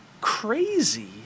crazy